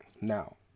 Now